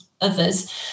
others